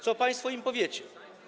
Co państwo im powiecie?